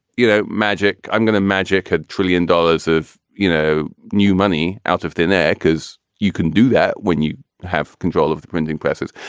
you know, magic, i'm going to magic had trillion dollars of, you know, new money out of thin air because you can do that when you have control of the printing presses.